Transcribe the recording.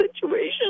situation